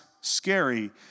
scary